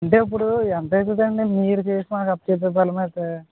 అంటే ఇప్పుడు ఎంత అయితదండి మీరు చేసే మాకు అప్పచెప్పే పనులు అయితే